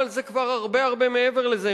אבל זה כבר הרבה הרבה מעבר לזה,